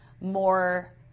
more